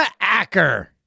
Acker